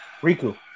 Riku